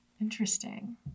Interesting